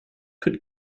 could